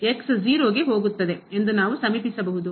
ಮತ್ತು ಈಗ ಗೆ ಹೋಗುತ್ತದೆ ಎಂದು ನಾವು ಸಮೀಪಿಸಬಹುದು